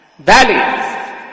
Valleys